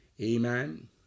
Amen